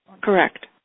Correct